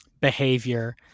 behavior